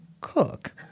cook